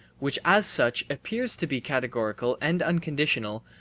which as such appears to be categorical and unconditional,